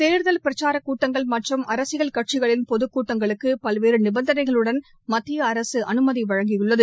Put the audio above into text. தேர்தல் பிரச்சாரக் கூட்டங்கள் மற்றும் அரசியல் கட்சிகளின் பொதுக் கூட்டங்களுக்கு பல்வேறு நிபந்தனைகளுடன் மத்திய அரசு அனுமதி வழங்கியுள்ளது